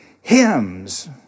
hymns